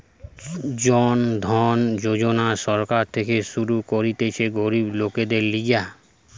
জন ধন যোজনা সরকার থেকে শুরু করতিছে গরিব লোকদের লিগে